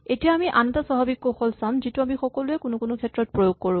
এতিয়া আমি আন এটা স্বাভাৱিক কৌশল চাম যিটো আমি সকলোৱে কোনো কোনো ক্ষেত্ৰত প্ৰয়োগ কৰো